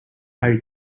are